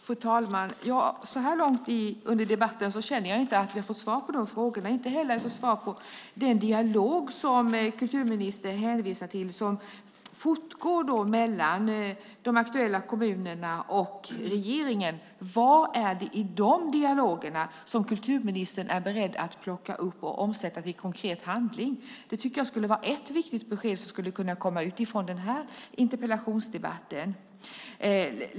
Fru talman! Så här långt i debatten känner jag inte att vi har fått svar på frågorna. Inte heller har jag fått svar på frågan om den dialog som kulturministern hänvisar till som fortgår mellan de aktuella kommunerna och regeringen. Vad är det i de dialogerna som kulturministern är beredd att omsätta i konkret handling? Det skulle vara ett viktigt besked som kan komma ut ur den här interpellationsdebatten.